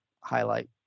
highlight